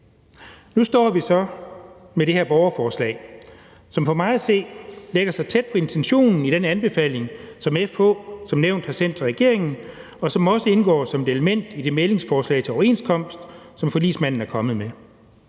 Nu står vi så med det her borgerforslag, som for mig at se ligger tæt på intentionen i den anbefaling, som FH som nævnt har sendt til regeringen, og som også indgår som et element i det mæglingsforslag til overenskomst, som forligsmanden er kommet med.